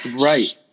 Right